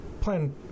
plan